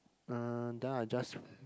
uh then I just